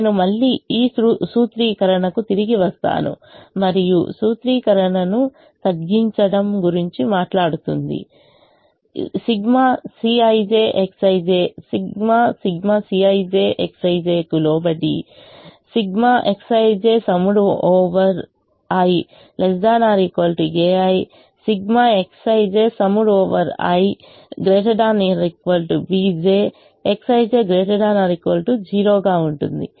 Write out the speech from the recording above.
నేను మళ్ళీ ఈ సూత్రీకరణకు తిరిగి వస్తాను మరియు సూత్రీకరణను తగ్గించడం గురించి మాట్లాడుతుంది ∑ Cij Xij ∑∑Cij Xij కు లోబడి ∑j Xij ≤ ai ∑i Xij ≥ bj Xij ≥ 0 గా ఉంటుంది